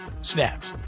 Snaps